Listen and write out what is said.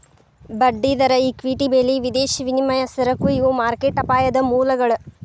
ಬಡ್ಡಿದರ ಇಕ್ವಿಟಿ ಬೆಲಿ ವಿದೇಶಿ ವಿನಿಮಯ ಸರಕು ಇವು ಮಾರ್ಕೆಟ್ ಅಪಾಯದ ಮೂಲಗಳ